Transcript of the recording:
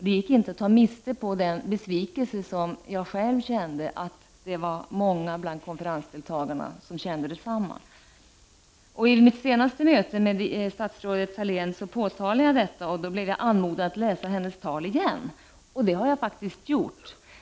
Det gick inte att ta miste på att den besvikelse och förvåning som jag själv kände också fanns bland många konferensdeltagare. Vid mitt senaste möte med statsrådet Thalén påtalade jag detta och blev då anmodad att läsa hennes tal igen. Det har jag gjort.